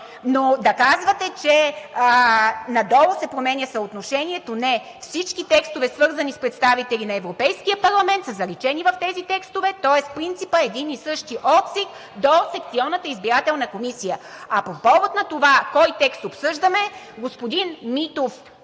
Но да казвате, че надолу се променя съотношението – не е. Всички текстове, свързани с представители на Европейския парламент, са заличени в тези текстове, тоест принципът е един и същ от ЦИК до секционната избирателна комисия. А по повод на това кой текст обсъждаме, господин Митов